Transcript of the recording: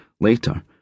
later